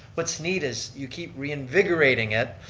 what's neat is you keep reinvigorating it,